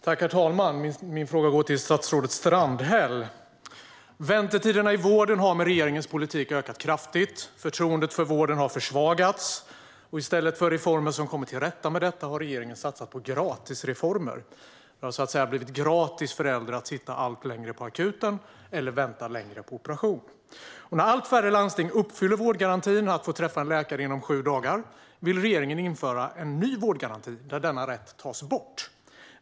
Herr talman! Min fråga går till statsrådet Strandhäll. Väntetiderna i vården har med regeringens politik ökat kraftigt. Förtroendet för vården har försvagats. Och i stället för reformer för att komma till rätta med detta har regeringen satsat på gratisreformer. Det har så att säga blivit gratis för äldre att sitta allt längre på akuten eller att vänta längre på operation. När allt färre landsting uppfyller vårdgarantin som innebär att man har rätt att träffa en läkare inom sju dagar vill regeringen införa en ny vårdgaranti där denna rätt tas bort.